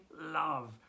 love